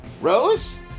Rose